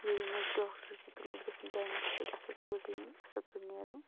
یا یِم اَسہِ ڈاکٹر چھِ تِم حظ گژھن ٹایِمَس پٮ۪ٹھ اصٕل پٲٹھۍ یِنۍ اَصٕل پٲٹھۍ نیرٕنۍ